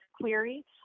query